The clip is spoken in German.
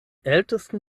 ältesten